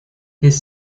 his